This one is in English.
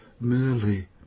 merely